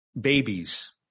Babies